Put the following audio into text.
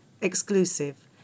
Exclusive